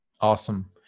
Awesome